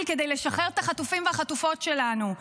כדי לשחרר את החטופים והחטופות שלנו.